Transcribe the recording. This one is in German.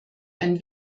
ein